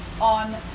on